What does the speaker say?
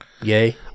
yay